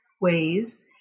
ways